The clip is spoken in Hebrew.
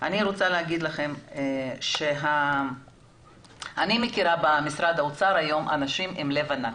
אני רוצה להגיד לכם שאני מכירה במשרד האוצר היום אנשים עם לב ענק.